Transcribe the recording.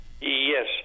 Yes